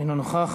אינו נוכח.